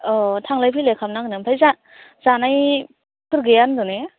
औ थांलाय फैलाय खालामनांगोन आमफ्राय जा जानायफोर गैया होन्दों ने